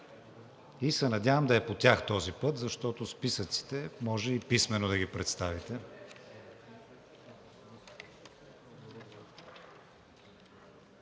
и се надявам да е по тях този път, защото списъците може и писмено да ги представите.